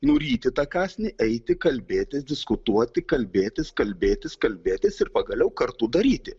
nuryti tą kąsnį eiti kalbėtis diskutuoti kalbėtis kalbėtis kalbėtis ir pagaliau kartu daryti